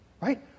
right